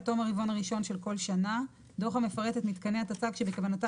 עד תום הרבעון הראשון של כל שנה דו"ח המפרט את מתקני הטצ"ג שבכוונתה